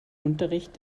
unterricht